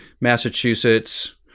Massachusetts